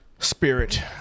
Spirit